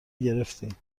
گرفتی